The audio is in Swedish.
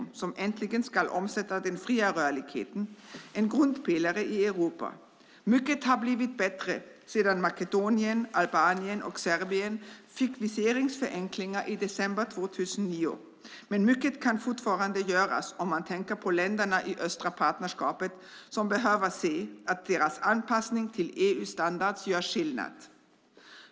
De ska äntligen omsätta den fria rörligheten - en grundpelare i Europa. Mycket har blivit bättre sedan Makedonien, Albanien och Serbien fick viseringsförenklingar i december 2009, men mycket kan fortfarande göras om man tänker på länderna i det östra partnerskapet. De behöver se att deras anpassning till EU-standarder gör skillnad.